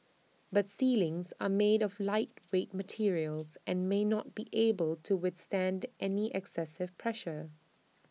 but ceilings are made of lightweight materials and may not be able to withstand any excessive pressure